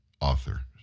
author